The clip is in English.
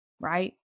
right